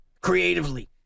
creatively